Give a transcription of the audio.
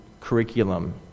curriculum